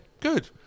good